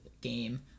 game